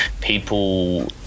People